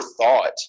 thought